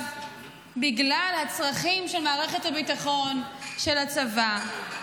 בגלל הצרכים של מערכת הביטחון, של הצבא,